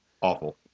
Awful